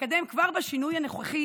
לקדם כבר בשינוי הנוכחי